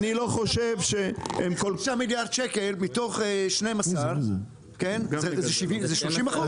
חמישה מיליארד שקל מתוך 12 זה 30%?